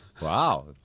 Wow